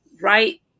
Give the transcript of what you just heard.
right